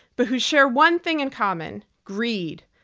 but who share one thing in common greed.